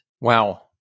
Wow